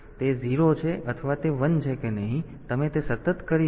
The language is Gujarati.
તેથી તે 0 છે અથવા તે 1 છે કે નહીં અને તમે તે સતત કરી શકો છો